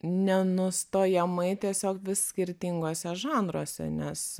nenustojamai tiesiog vis skirtinguose žanruose nes